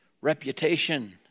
reputation